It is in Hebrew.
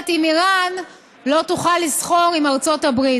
עם איראן לא תוכל לסחור עם ארצות הברית.